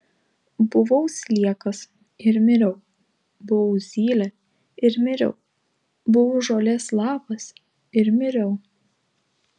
buvau sliekas ir miriau buvau zylė ir miriau buvau žolės lapas ir miriau